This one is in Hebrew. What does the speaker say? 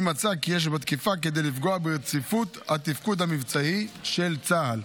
אם מצא כי יש בתקיפה כדי לפגוע ברציפות התפקוד המבצעי של צה"ל.